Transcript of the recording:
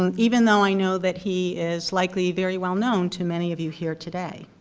um even though i know that he is likely very well known to many of you here today.